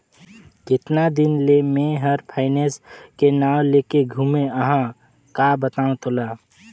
केतना दिन ले मे हर फायनेस के नाव लेके घूमें अहाँ का बतावं तोला